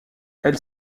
elle